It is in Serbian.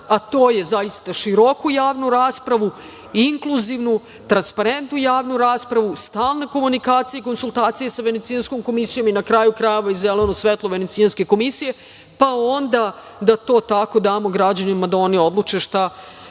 a to je zaista široku javnu raspravu i inkluzivnu, transparentnu javnu raspravu, stalne komunikacije i konsultacije sa Venecijanskom komisijom i na kraju krajeva i zeleno svetlo Venecijanske komisije, pa onda da to tako damo građanima da oni odluče šta